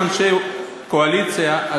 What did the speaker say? אנשי קואליציה,